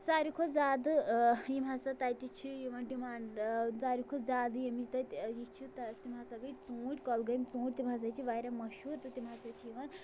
ساروٕے کھۄتہٕ زیادٕ یِم ہَسا تَتہِ چھِ یِوان ڈِمانڈ ساروٕے کھۄتہٕ زیادٕ ییٚمِچ تَتہِ یہِ چھِ تِم ہَسا گٔے ژوٗنٹھۍ کۄلگٲمۍ ژوٗنٛٹھۍ تِم ہَسا چھِ واریاہ مشہوٗر تہٕ تِم ہَسا چھِ یِوان